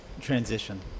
transition